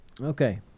Okay